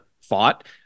fought